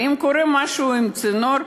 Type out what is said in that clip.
ואם קורה משהו עם הצינור,